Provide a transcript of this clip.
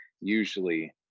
usually